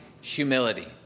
humility